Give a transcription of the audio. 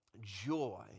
joy